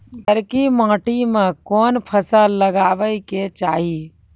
करकी माटी मे कोन फ़सल लगाबै के चाही?